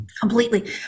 completely